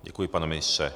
Děkuji, pane ministře.